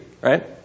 right